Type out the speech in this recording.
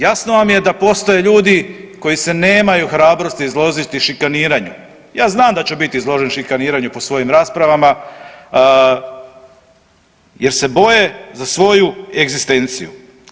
Jasno vam je da postoje ljudi koji se nemaju hrabrosti izložiti šikaniranju, ja znam da ću biti izložen šikaniranju po svojim raspravama, jer se boje za svoju egzistenciju.